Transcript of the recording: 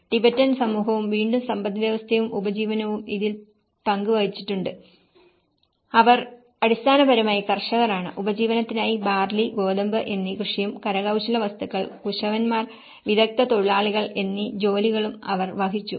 Tibetan സമൂഹവും വീണ്ടും സമ്പദ്വ്യവസ്ഥയും ഉപജീവനവും ഇതിൽ പങ്കു വഹിച്ചിട്ടുണ്ട് അവർ അടിസ്ഥാനപരമായി കർഷകർ ആണ് ഉപജീവനത്തിനായി ബാർലി ഗോതമ്പ് എന്നീ കൃഷിയും കരകൌശല വസ്തുക്കൾ കുശവൻമാർ വിദഗ്ധ തൊഴിലാളികൾ എന്നീ ജോലികളും അവർ വഹിച്ചു